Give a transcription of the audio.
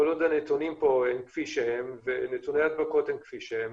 כל עוד הנתונים פה כפי שהם ונתוני ההדבקות כפי שהם